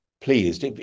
pleased